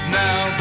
now